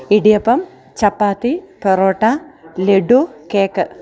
idiyappam chapati parotta laddu cake